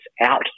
out